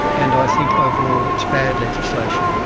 and i think overall it's bad legislation.